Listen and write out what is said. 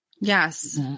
Yes